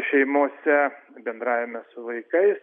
šeimose bendravime su vaikais